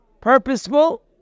purposeful